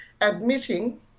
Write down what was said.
admitting